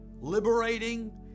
liberating